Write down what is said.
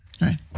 right